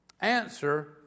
answer